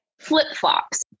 flip-flops